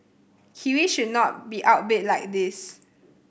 kiwis should not be outbid like this